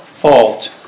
fault